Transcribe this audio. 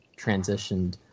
transitioned